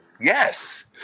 yes